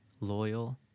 loyal